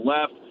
left